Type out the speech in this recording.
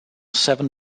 seven